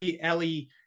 ellie